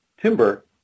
timber